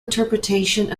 interpretation